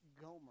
Gomer